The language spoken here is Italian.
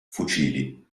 fucili